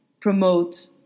promote